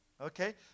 Okay